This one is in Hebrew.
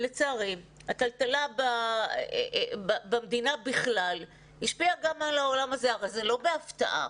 לצערי הטלטלה במדינה בכלל השפיעה גם על העולם הזה אבל זה לא בהפתעה.